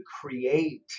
create